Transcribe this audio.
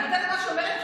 אני בודקת מה שהיא אומרת,